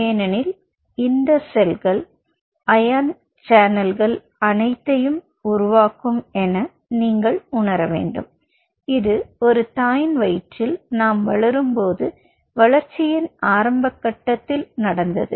ஏனெனில் இந்த செல்கள் இந்த அயன் சேனல்கள் அனைத்தையும் உருவாக்கும் என நீங்கள் உணர வேண்டும் இது ஒரு தாயின் வயிற்றில் நாம் வளரும் போது வளர்ச்சியின் ஆரம்ப கட்டத்தில் நடந்தது